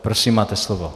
Prosím, máte slovo.